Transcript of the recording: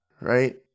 Right